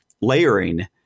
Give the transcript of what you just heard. layering